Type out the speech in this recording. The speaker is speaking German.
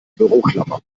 büroklammer